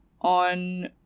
on